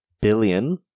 billion